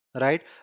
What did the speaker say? right